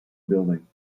building